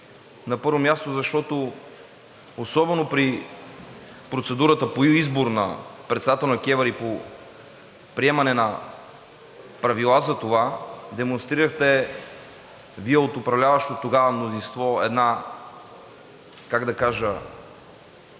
На първо място, защото особено при процедурата по избор на председател на КЕВР и по приемане на правила за това демонстрирате – Вие от управляващото тогава мнозинство, една, как да кажа,